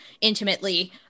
intimately